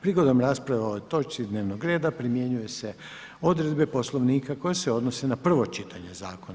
Prigodom rasprave o ovoj točki dnevnog reda primjenjuju se odredbe Poslovnika koje se odnose na prvo čitanje zakona.